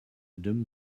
dim